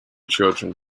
children